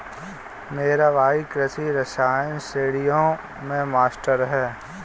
मेरा भाई कृषि रसायन श्रेणियों में मास्टर है